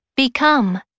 become